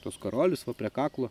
tuos karolius va prie kaklo